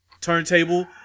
turntable